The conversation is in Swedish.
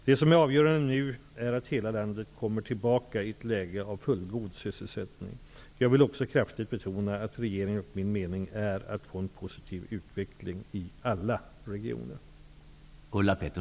Det som är avgörande nu är att hela landet kommer tillbaka i ett läge av fullgod sysselsättning. Jag vill också kraftigt betona att regeringens och min mening är att få en positiv utveckling i alla regioner.